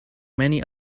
many